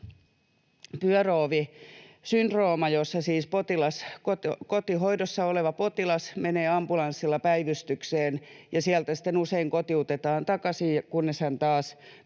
pyöröovisyndrooma, jossa siis kotihoidossa oleva potilas menee ambulanssilla päivystykseen ja sieltä sitten usein kotiutetaan takaisin, kunnes hän taas